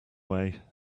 way